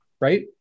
right